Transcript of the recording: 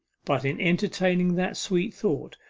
but, in entertaining that sweet thought,